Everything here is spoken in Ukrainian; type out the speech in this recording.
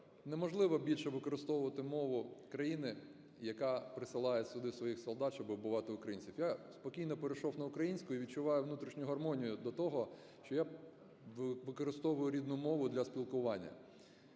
неможливо більше використовувати мову країни, яка присилає сюди своїх солдат, щоби вбивати українців. Я спокійно перейшов на українську і відчуваю внутрішню гармонію до того, що я використовую рідну мову для спілкування.